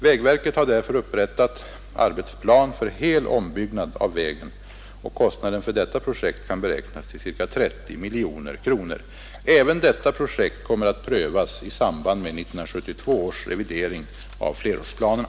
Vägverket har därför upprättat arbetsplan för hel ombyggnad av vägen, och kostnaden för detta projekt kan beräknas till ca 30 miljoner kronor. Även detta projekt kommer att prövas i samband med 1972 års revidering av flerårsplanerna.